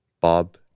Bob